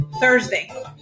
Thursday